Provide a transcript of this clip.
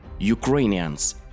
Ukrainians